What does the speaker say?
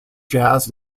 jazz